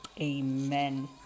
amen